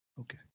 Okay